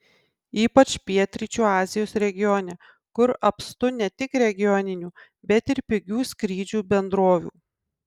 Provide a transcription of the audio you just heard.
ypač pietryčių azijos regione kur apstu ne tik regioninių bet ir pigių skrydžių bendrovių